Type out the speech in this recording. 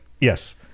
yes